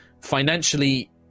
Financially